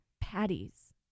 patties